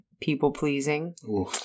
people-pleasing